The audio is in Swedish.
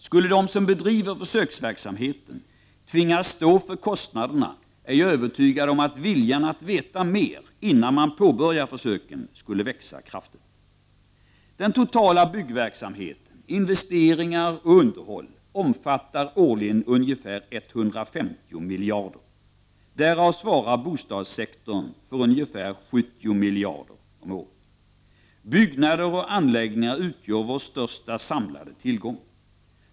Skulle de som bedriver försöksverksamheten tvingas stå för kostnaderna är jag övertygad om att viljan att veta mer innan man påbörjar försöken skulle växa kraftigt. Den totala byggverksamheten — investeringar och underhåll — omfattar årligen ca 150 miljarder kronor. Därav svarar bostadssektorn för ungefär 70 miljarder om året. Byggnader och anläggningar utgör vår största samlade tillgång.